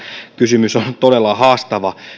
kysymys on todella haastava